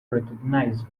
recognize